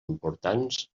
importants